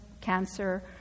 cancer